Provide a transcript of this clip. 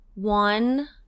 One